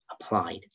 applied